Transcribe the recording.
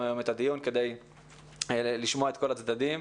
היום את הדיון כדי לשמוע את כל הצדדים.